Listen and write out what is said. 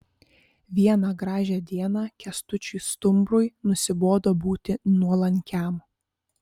vieną gražią dieną kęstučiui stumbrui nusibodo būti nuolankiam